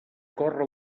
córrer